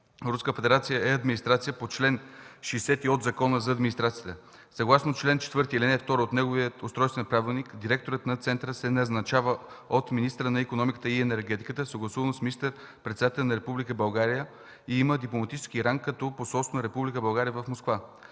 Руската федерация, е администрация по чл. 60 от Закона за администрацията. Съгласно чл. 4, ал. 2 от неговия Устройствен правилник, директорът на центъра се назначава от министъра на икономиката и енергетиката, съгласувано с министър-председателя на Република България и има дипломатически ранг като посолство на Република България в Москва.